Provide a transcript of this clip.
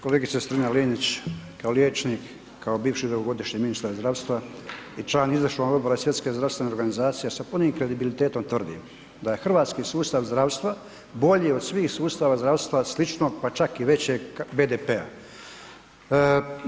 Kolegice Strenja Linić, kao liječnik, kao bivši dugogodišnji ministar zdravstva i član izvršnog odbora Svjetske zdravstvene organizacije sa punim kredibilitetom tvrdim da je hrvatski sustav zdravstva bolji od svih sustava zdravstva sličnog pa čak i većeg BDP-a.